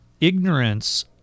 ignorance